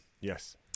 yes